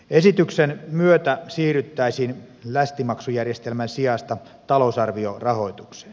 esityksen myötä siirryttäisiin lästimaksujärjestelmän sijasta talousarviorahoitukseen